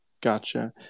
Gotcha